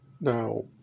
now